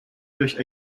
durch